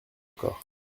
encore